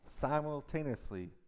simultaneously